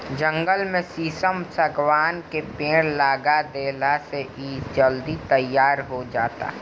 जंगल में शीशम, शागवान के पेड़ लगा देहला से इ जल्दी तईयार हो जाता